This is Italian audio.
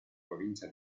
provincia